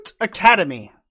academy